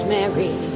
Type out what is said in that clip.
Mary